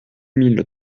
mille